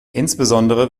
insbesondere